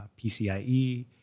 pcie